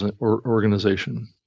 organization